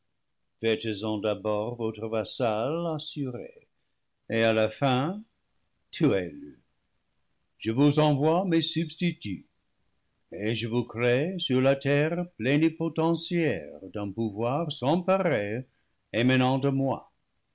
faites-en d'abord votre vassal assuré et à la fin tuez le je vous envoie mes substituts et je vous crée sur la terre plénipoten tiaires d'un pouvoir sans pareil émanant de moi